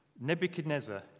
Nebuchadnezzar